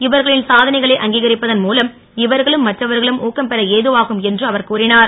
இவர்களின் சாதனைகளை அங்கிகரிப்பதன் மூலம் இவர்களும் மற்றவர்களும் ஊக்கம் பெற ஏதுவாகும் என்று அவர் கூறிஞர்